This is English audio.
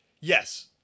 Yes